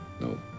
No